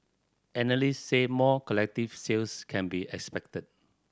analysts said more collective sales can be expected